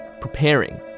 preparing